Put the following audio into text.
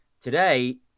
Today